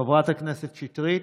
חברת הכנסת שטרית,